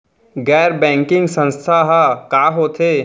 गैर बैंकिंग संस्था ह का होथे?